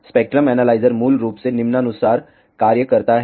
spectrum analyser मूल रूप से निम्नानुसार कार्य करता है